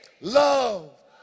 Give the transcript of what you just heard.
love